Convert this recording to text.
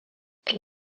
elle